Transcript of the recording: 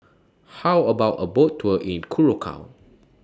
How about A Boat Tour in Curacao